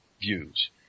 views